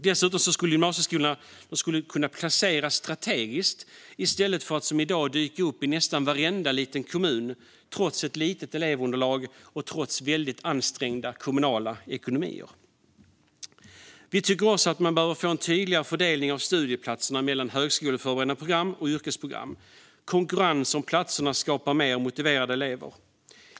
Dessutom skulle gymnasieskolorna kunna placeras strategiskt i stället för att, som i dag, dyka upp i varenda liten kommun, trots ett litet elevunderlag och ansträngd kommunal ekonomi. Vi tycker också att man behöver få en tydligare fördelning av studieplatserna mellan högskoleförberedande program och yrkesprogram. Konkurrens om platserna skapar mer motiverade elever.